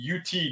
UT